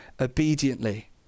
obediently